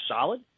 solid